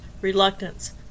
reluctance